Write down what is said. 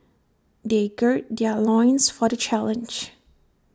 they gird their loins for the challenge